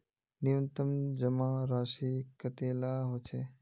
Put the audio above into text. न्यूनतम जमा राशि कतेला होचे?